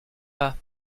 pas